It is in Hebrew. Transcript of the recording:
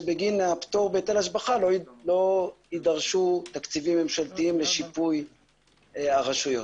שבגין הפטור בהיטל השבחה לא יידרשו תקציבים ממשלתיים לשיפוי הרשויות.